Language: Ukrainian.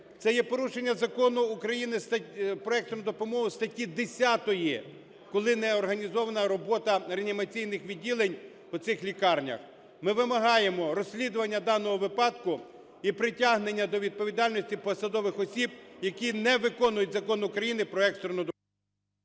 Це є порушення Закону України про екстрену допомогу, статті 10, коли не організована робота реанімаційних відділень у цих лікарнях. Ми вимагаємо розслідування даного випадку і притягнення до відповідальності посадових осіб, які не виконують Закон України "Про екстрену…"